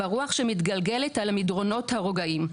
ברוח שמתגלגלת על המדרונות הרוגעים,